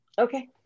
Okay